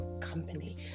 company